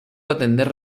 atender